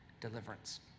deliverance